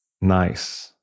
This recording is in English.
Nice